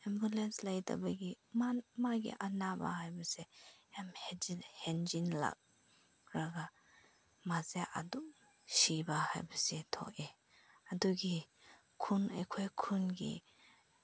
ambulance ꯂꯩꯇꯕꯒꯤ ꯃꯥꯒꯤ ꯑꯅꯥꯕ ꯍꯥꯏꯕꯁꯦ ꯌꯥꯝ ꯍꯦꯟꯖꯤꯜꯂꯈ꯭ꯔꯒ ꯃꯥꯁꯦ ꯑꯗꯨꯝ ꯁꯤꯕ ꯍꯥꯏꯕꯁꯦ ꯊꯣꯛꯑꯦ ꯑꯗꯨꯒꯤ ꯈꯨꯟ ꯑꯩꯈꯣꯏ ꯈꯨꯟꯒꯤ